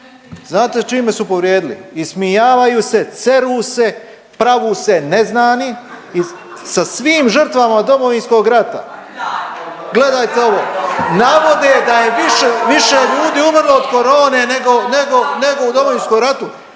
Znate čime su povrijedili? Ismijavaju se, ceru se, pravu se neznani sa svim žrtvama Domovinskog rata. Gledajte ovo navode da je više ljudi umrlo od korone nego, nego, nego u Domovinskom ratu.